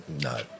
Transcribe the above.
no